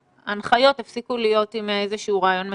כשההנחיות הפסיקו להיות עם איזשהו רעיון מסדר.